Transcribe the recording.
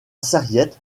sarriette